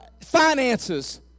finances